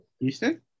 Houston